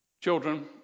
Children